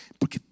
Porque